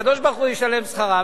הקדוש-ברוך-הוא ישלם שכרם.